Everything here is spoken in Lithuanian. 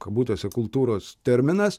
kabutėse kultūros terminas